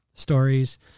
stories